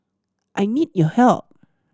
I need your help